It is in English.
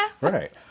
Right